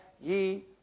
ye